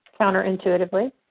counterintuitively